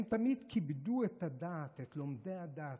הם תמיד כיבדו את הדת, את לומדי הדת.